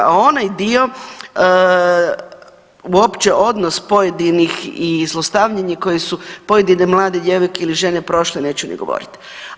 A onaj dio uopće odnos pojedinih i zlostavljanje koje su pojedine mlade djevojke ili žene prošle neću ni govoriti.